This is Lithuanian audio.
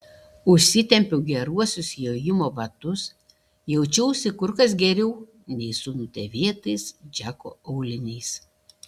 užsitempiau geruosius jojimo batus jaučiausi kur kas geriau nei su nudėvėtais džeko auliniais